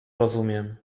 rozumiem